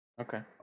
Okay